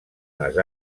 les